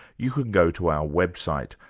you can go to our website.